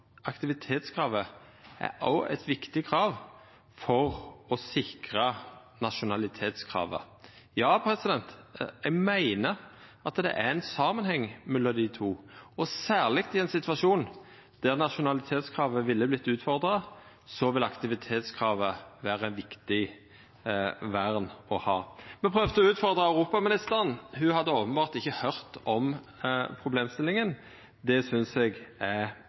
aktivitetskravet òg er eit viktig krav for å sikra nasjonalitetskravet, og eg meiner det er ein samanheng mellom dei to. Og særleg i ein situasjon der nasjonalitetskravet vert utfordra, vil aktivitetskravet vera eit viktig vern å ha. Me prøvde å utfordra europaministeren. Ho hadde openbert ikkje høyrt om problemstillinga. Det synest eg er